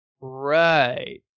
Right